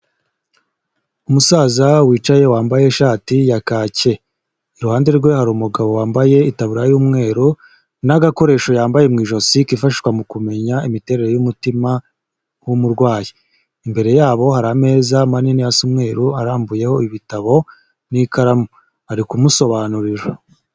Umusaza wicaye wambaye ishati ya kake, iruhande rwe hari umugabo wambaye itaburiya y'umweru n'agakoresho yambaye mu ijosi kifashishwa mu kumenya imiterere y'umutima w'umurwayi. Imbere yabo hari ameza manini asa umweru arambuyeho ibitabo n'ikaramu ari kumusobanurira.